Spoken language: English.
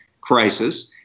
crisis